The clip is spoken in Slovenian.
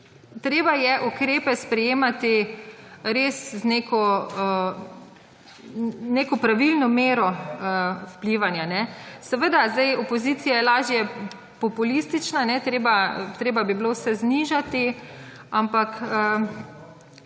Treba je ukrepe sprejemati res z neko pravilno mero vplivanja. Seveda, opozicija je lažje populistična, treba bi bilo vse znižati, ampak